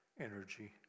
energy